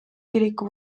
kiriku